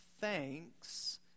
thanks